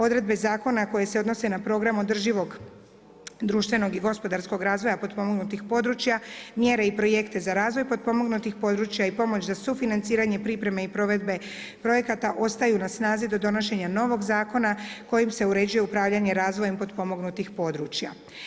Odredbe zakona, koji se odnose na program, održivog, društvenog razvoja potpomognutih područja, mjere i projekte za razvoj potpomognutih područja i pomoć za sufinanciranje, pripreme i provedbe projekata, ostaju na snazi do donošena novog zakona, kojim se uređuju upravljanje razvojem potpomognutih područja.